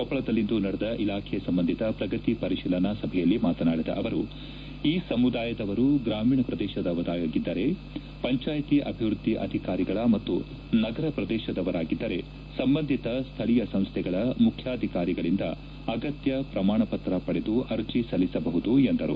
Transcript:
ಕೊಪ್ಪಳದಲ್ಲಿಂದು ನಡೆದ ಇಲಾಖೆ ಸಂಬಂಧಿತ ಪ್ರಗತಿ ಪರಿತೀಲನಾ ಸಭೆಯಲ್ಲಿ ಮಾತನಾಡಿದ ಅವರು ಈ ಸಮುದಾಯದವರು ಗ್ರಾಮೀಣ ಪ್ರದೇಶದವರಾಗಿದ್ದರೆ ಪಂಚಾಯಿತಿ ಅಭಿವೃದ್ಧಿ ಅಧಿಕಾರಿಗಳ ಮತ್ತು ನಗರ ಪ್ರದೇಶದವರಾಗಿದ್ದರೆ ಸಂಬಂಧಿಸಿದ ಸ್ಥಳೀಯ ಸಂಸ್ಥೆಗಳ ಮುಖ್ಯಾಧಿಕಾರಿಗಳಿಂದ ಅಗತ್ಯ ಪ್ರಮಾಣ ಪತ್ರ ಪಡೆದು ಅರ್ಜಿ ಸಲ್ಲಿಸಬಹುದು ಎಂದರು